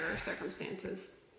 circumstances